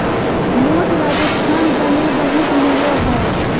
मोठ राजस्थान दने बहुत मिलो हय